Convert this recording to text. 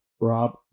Rob